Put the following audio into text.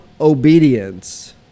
obedience